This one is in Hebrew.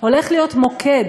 הולך להיות מוקד,